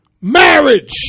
marriage